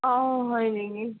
অঁ হয় নেকি